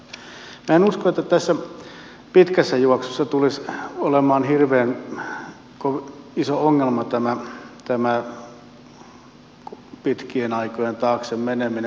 minä en usko että tässä pitkässä juoksussa tulisi olemaan hirveän iso ongelma tämä pitkien aikojen taakse meneminen